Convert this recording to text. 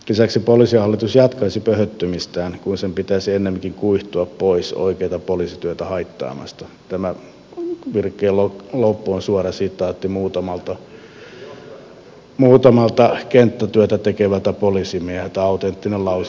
lisäksi poliisihallitus jatkaisi pöhöttymistään kun sen pitäisi ennemminkin kuihtua pois oikeata poliisityötä haittaamasta tämä virkkeen loppu on suora sitaatti muutamalta kenttätyötä tekevältä poliisimieheltä autenttinen lausunto siis